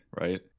right